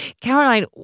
Caroline